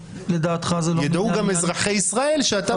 לדעתך זה לא ממן העניין --- ידעו גם אזרחי ישראל שאתה